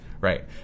Right